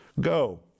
go